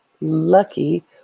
lucky